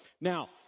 Now